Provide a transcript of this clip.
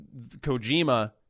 Kojima